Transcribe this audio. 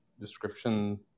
description